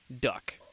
duck